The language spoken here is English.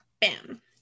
bam